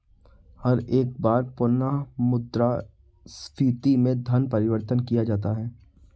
हर एक बार पुनः मुद्रा स्फीती में धन परिवर्तन किया जाता है